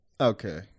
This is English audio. Okay